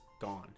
gone